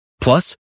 Plus